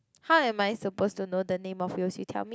how am I suppose to know the name of whales you tell me